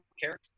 care